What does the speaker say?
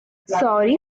sorry